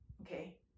okay